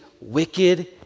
wicked